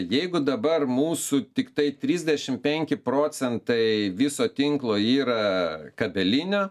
jeigu dabar mūsų tiktai trisdešimt penki procentai viso tinklo yra kabelinio